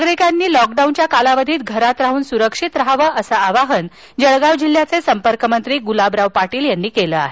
नागरीकांनी लॉकडाऊनच्या कालावधीत घरात राहून सुरक्षित रहावं असं आवाहन जळगाव जिल्ह्याचे संपर्कमंत्री गुलाबराव पाटील यांनी केलं आहे